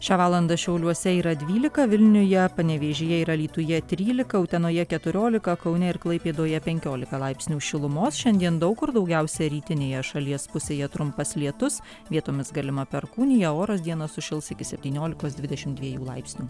šią valandą šiauliuose yra dvylika vilniuje panevėžyje ir alytuje trylika utenoje keturiolika kaune ir klaipėdoje penkiolika laipsnių šilumos šiandien daug kur daugiausia rytinėje šalies pusėje trumpas lietus vietomis galima perkūnija oras dieną sušils iki septyniolikos dvidešim dviejų laipsnių